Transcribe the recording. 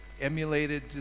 emulated